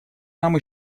нам